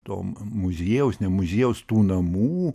tom muziejaus ne muziejaus tų namų